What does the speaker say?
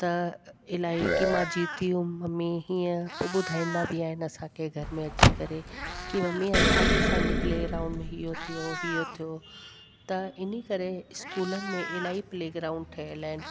इलाही की मां जीती हुअमि मम्मी हीअं पोइ ॿुधाईंदा बि आहिनि असांखे घर में अची करे कि मम्मी अॼु असांजी प्लेग्राउंड में इहो थियो इहो थियो त इन करे स्कूलन में इलाही प्लेग्राउंड ठहियलु आहिनि